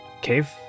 cave